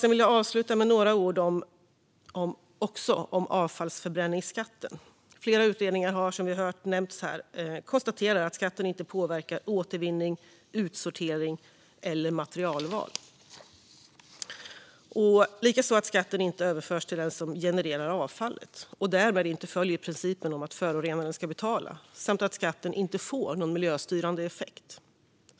Jag vill avsluta med några ord om avfallsförbränningsskatten. Flera utredningar konstaterar, som vi har hört här, att skatten inte påverkar återvinning, utsortering eller materialval, likaså att skatten inte överförs till den som genererar avfallet och därmed inte följer principen om att förorenaren ska betala, samt att skatten inte får någon miljöstyrande effekt.